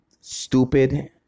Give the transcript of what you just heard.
stupid